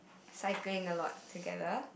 cycling a lot together